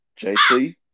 JT